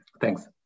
Thanks